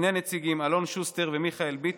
לסיעת המחנה הממלכתי שני נציגים: אלון שוסטר ומיכאל ביטון,